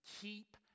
keep